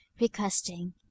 requesting